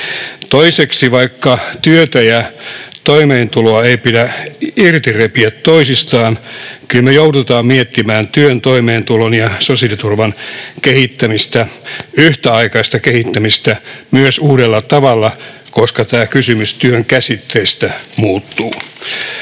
Toiseksi, vaikka työtä ja toimeentuloa ei pidä repiä irti toisistaan, kyllä me joudumme miettimään työn, toimeentulon ja sosiaaliturvan kehittämistä, yhtäaikaista kehittämistä, myös uudella tavalla, koska kysymys työn käsitteistä muuttuu.